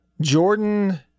Jordan